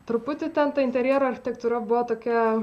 truputį ten ta interjero architektūra buvo tokia